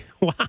Wow